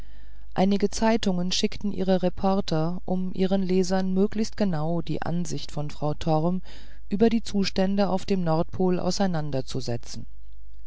einige zeitungen schickten ihre reporter um ihren lesern möglichst genau die ansicht von frau torm über die zustände auf dem nordpol auseinanderzusetzen